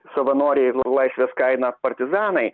savanoriai ir laisvės kaina partizanai